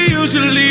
usually